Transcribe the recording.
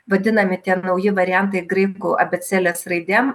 vadinami tie nauji variantai graikų abėcėlės raidėm